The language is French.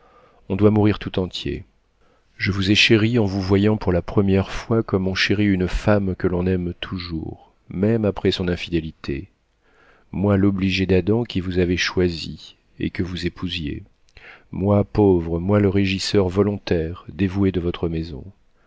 on doit mourir tout entier je vous ai chérie en vous voyant pour la première fois comme on chérit une femme que l'on aime toujours même après son infidélité moi l'obligé d'adam qui vous avait choisie et que vous épousiez moi pauvre moi le régisseur volontaire dévoué de votre maison